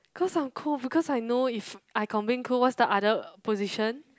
cause I'm cold because I know if I complain cold what's the other position